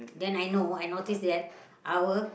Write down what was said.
then I know I notice that I will